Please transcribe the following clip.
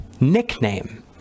nickname